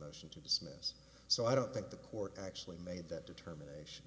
motion to dismiss so i don't think the court actually made that determination